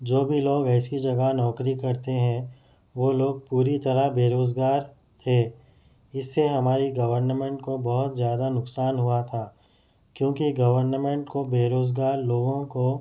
جو بھی لوگ ایسی جگہ نوکری کرتے ہیں وہ لوگ پوری طرح بے روزگار تھے اِس سے ہماری گورنمینٹ کو بہت زیادہ نقصان ہُوا تھا کیونکہ گورنمینٹ کو بے روزگار لوگوں کو